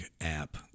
app